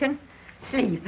can see